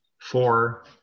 four